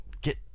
get